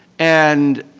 and